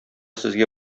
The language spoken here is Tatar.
сезгә